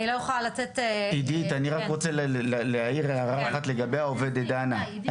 אני לא אוכל לתת -- עידית אני רק רוצה להעיר הערה לגבי העובדת דנה,